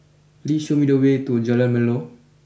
please show me the way to Jalan Melor